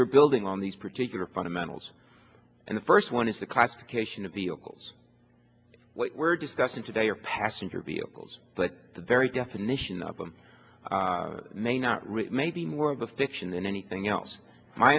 you're building on these particular fundamentals and the first one is the classification of the opals what we're discussing today are passenger vehicles but the very definition of them may not read may be more of a fiction than anything else my